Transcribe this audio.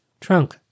Trunk